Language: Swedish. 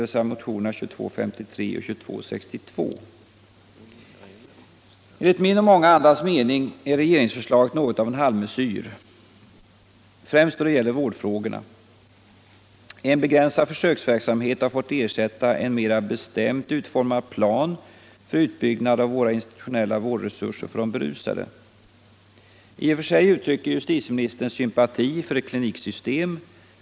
dvs. 2253 och 2262. Enligt min och många andras mening är regeringsförslaget något av en halvmesyr, främst då det gäller vårdfrågorna. En begränsad försöksverksamhet har fått ersätta en bestämt utformad plan för utbyggnad av våra institutionella vårdresurser för de berusade. I och för sig uttrycker justitieministern sympati för ett kliniksystem.